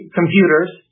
computers